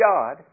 God